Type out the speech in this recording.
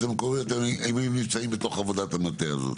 המקומיות האם הם נמצאים בתוך עבודת המטה הזאת?